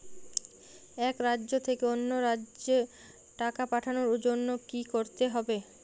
এক রাজ্য থেকে অন্য রাজ্যে টাকা পাঠানোর জন্য কী করতে হবে?